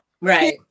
right